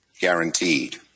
guaranteed